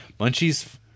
munchies